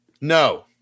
No